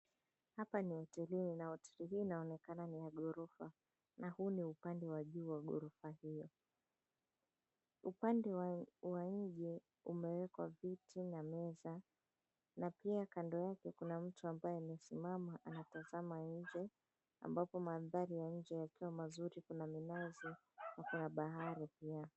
Hapa ni hotelini na hoteli hii unaonekana ni wa ghorofa na huu ni upande wa juu wa ghorofa hio. Upande wa nje umewekwa viti na meza na pia kando yake kuna mtu ambaye amesimama anatazama nje ambapo mandhari ya nje yakiwa mazuri, kuna minazi ya bahari pia.